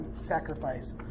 sacrifice